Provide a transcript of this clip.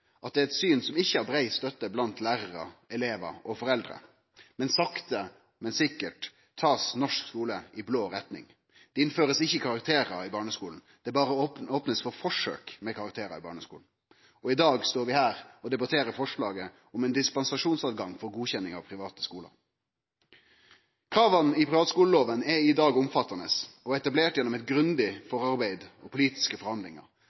at dette er eit syn som ikkje har brei støtte blant lærarar, elevar og foreldre, og sakte, men sikkert blir norsk skule tatt i blå retning. Det blir ikkje innført karakterar i barneskulen – det blir berre opna for forsøk med karakterar i barneskulen. Og i dag står vi her og debatterer forslaget om ein dispensasjonstilgang for godkjenning av private skular. Krava i privatskuleloven er i dag omfattande og etablerte gjennom eit grundig forarbeid og politiske forhandlingar,